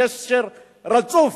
קשר רצוף,